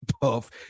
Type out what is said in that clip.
Puff